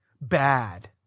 bad